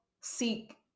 seek